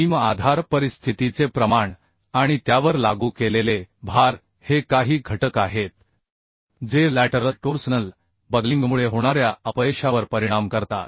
beam आधार परिस्थितीचे प्रमाण आणि त्यावर लागू केलेले भार हे काही घटक आहेत जे बाजूकडील टोर्सनल बकलिंगमुळे होणाऱ्या अपयशावर परिणाम करतात